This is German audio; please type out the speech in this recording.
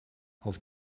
auf